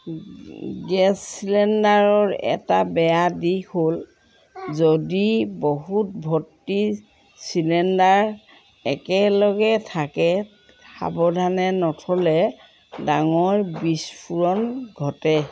gas চিলিণ্ডাৰৰ এটা বেয়া দিশ হ'ল যদি বহুত ভৰ্তি চিলিণ্ডাৰ একেলগে থাকে সাৱধানে নথ'লে ডাঙৰ বিস্ফোৰণ ঘটে